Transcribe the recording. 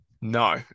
No